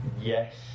Yes